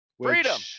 freedom